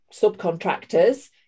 subcontractors